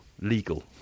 legal